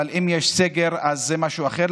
אבל אם יש סגר אז זה משהו אחר.